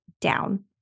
down